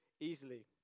easily